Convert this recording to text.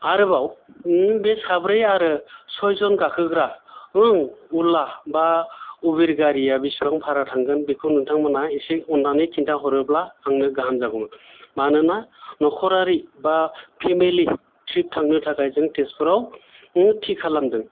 आरबाव उम बे साब्रै आरो सयजन गाखोग्रा हम उला बा उबेर गारिया बेसेबां भारा थांगोन बेखौ नोंथांमोना एसे आननानै खिन्थाहरोब्ला आंनो गाहाम जागौमोन मानोना नखरारि बा फेमेलि थ्रिफ थांनो थाखाय जों तेजपुराव हम थि खालामदों